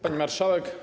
Pani Marszałek!